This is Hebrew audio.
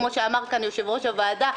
כמו שאמר כאן יושב-ראש הוועדה,